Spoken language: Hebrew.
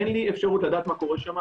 אין לי אפשרות לדעת מה קורה שם,